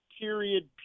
period